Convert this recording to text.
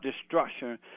destruction